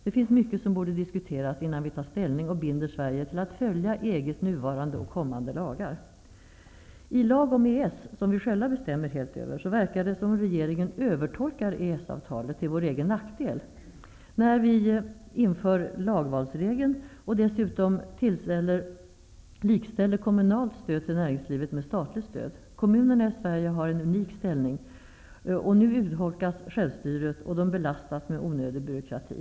Det finns mycket som borde diskuterats, innan vi tar ställning och binder Sverige till att följa EG:s nuvarande och kommande lagar! I lag om EES, som vi själva bestämmer helt över, verkar det som om regeringen övertolkar EES avtalet till vår egen nackdel, när vi inför lagvalsregeln och dessutom likställer kommunalt stöd till näringslivet med statligt stöd. Kommunerna i Sverige har en unik ställning, men nu urholkas självstyret och de belastas med onödig byråkrati.